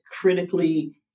critically